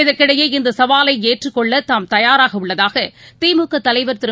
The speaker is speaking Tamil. இதற்கிடையே இந்த சவாலை ஏற்றுக் கொள்ள தாம் தயாராக உள்ளதாக திமுக தலைவர் திரு